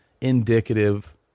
indicative